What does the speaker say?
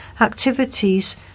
Activities